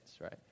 right